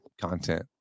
content